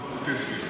ז'בוטינסקי.